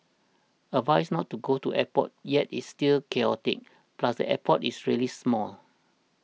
advised not to go to airport yet it's still chaotic plus the airport is really small